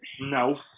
No